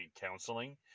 counseling